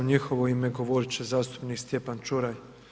U njihovo ime govoriti će zastupnik Stjepan Čuraj.